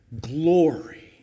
glory